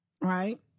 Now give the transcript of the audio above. right